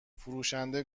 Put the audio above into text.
فروشنده